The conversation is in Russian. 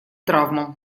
травмам